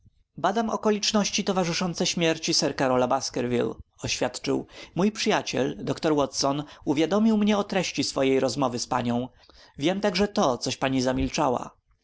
badam okoliczności towarzyszące śmierci sir karola baskerville oświadczył mój przyjaciel doktor watson uwiadomił mnie o treści swojej rozmowy z panią wiem także to coś pani